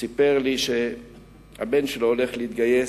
שסיפר לי שהבן שלו הולך להתגייס.